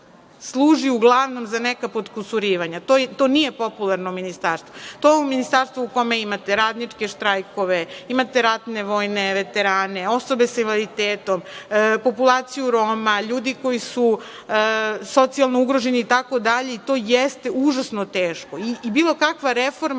služi uglavnom za neka potkusurivanja. To nije popularno ministarstvo. To je ministarstvo u kome imate radničke štrajkove, imate ratne vojne veterane, osobe sa invaliditetom, populaciju Roma, ljudi koji su socijalno ugroženi itd. To jeste užasno teško i bilo kakva reforma